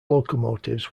locomotives